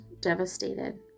devastated